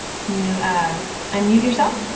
can you ah unmute yourself?